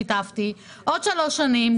שיתפתי בעוד שלוש שנים,